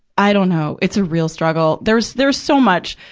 i don't know. it's a real struggle. there's, there's so much,